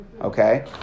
Okay